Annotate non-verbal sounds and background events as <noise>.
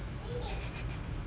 <laughs>